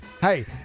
hey